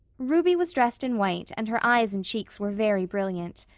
ruby was dressed in white and her eyes and cheeks were very brilliant.